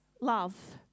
love